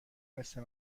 مثل